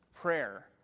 prayer